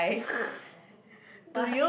what